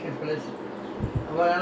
you all never worked in turf club [what]